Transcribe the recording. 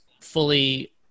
fully